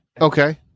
Okay